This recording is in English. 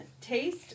taste